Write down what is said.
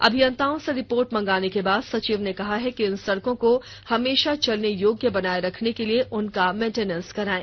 अभियंताओं से रिपोर्ट मंगाने के बाद सचिव ने कहा है कि इन सड़कों को हमेशा चलने योग्य बनाये रखने के के लिए उसका मेंटेनेंस करायें